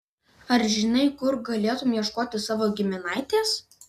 ar žinai kur galėtumei ieškoti savo giminaitės